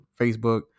Facebook